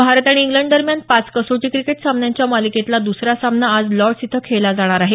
भारत आणि इंग्लंड दरम्यान पाच कसोटी क्रिकेट सामन्यांच्या मालिकेतला द्सरा सामना आज लॉर्डस इथं खेळला जाणार आहे